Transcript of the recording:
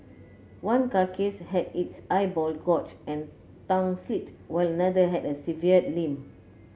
one carcass had its eyeball gorged and tongue slit while another had a severed limb